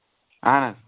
اہن حظ